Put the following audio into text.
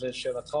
אז לשאלתך,